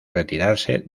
retirarse